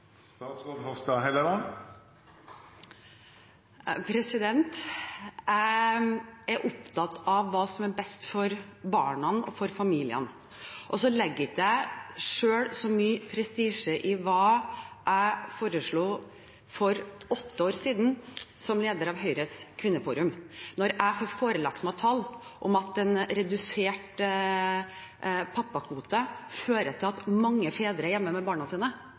Jeg er opptatt av hva som er best for barna og for familiene. Selv legger jeg ikke så mye prestisje i hva jeg som leder av Høyres Kvinneforum foreslo for åtte år siden. Når jeg får meg forelagt tall om at en redusert pappakvote fører til at færre fedre er hjemme med barna sine,